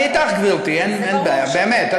אני אתך, גברתי, אין בעיה, באמת.